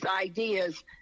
ideas